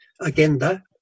Agenda